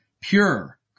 pure